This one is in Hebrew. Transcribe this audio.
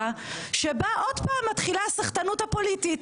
שבה עוד פעם מתחילה הסחטנות הפוליטית,